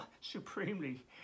supremely